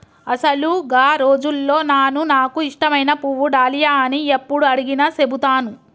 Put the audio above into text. అసలు గా రోజుల్లో నాను నాకు ఇష్టమైన పువ్వు డాలియా అని యప్పుడు అడిగినా సెబుతాను